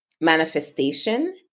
manifestation